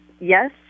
yes